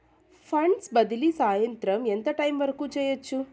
funds బదిలీ సాయంత్రం ఎంత టైము వరకు చేయొచ్చు